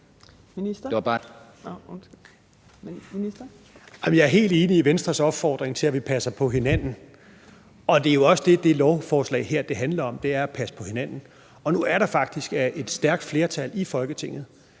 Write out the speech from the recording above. Jeg er helt enig i Venstres opfordring til, at vi passer på hinanden. Det er også det, det lovforslag her handler om, altså at passe på hinanden. Og nu er der faktisk fundet et stærkt flertal i Folketinget